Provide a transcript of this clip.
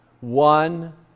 one